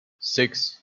six